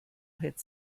hit